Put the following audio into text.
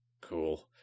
Cool